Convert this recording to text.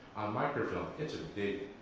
microfilm, it's a big,